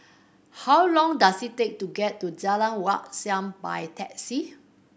how long does it take to get to Jalan Wat Siam by taxi